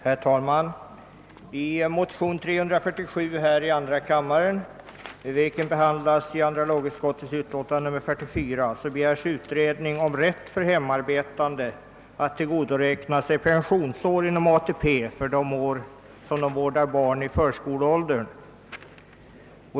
Herr talman! I motion II: 347, vilken behandlas i andra lagutskottets utlåtande nr 44, begärs utredning om rätt för hemarbetande att tillgodoräkna sig pensionsår inom ATP för år då de vårdar barn i förskoleåldern.